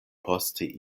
poste